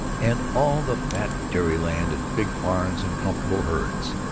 and all the fat dairy land and big barns and comfortable herds.